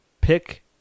pick